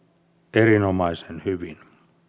erinomaisen hyvin